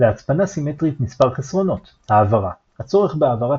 להצפנה סימטרית מספר חסרונות העברה; הצורך בהעברת